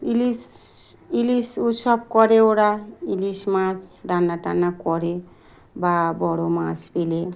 ইলিশ ইলিশ উৎসব করে ওরা ইলিশ মাছ রান্না টান্না করে বা বড়ো মাছ পেলে